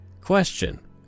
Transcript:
question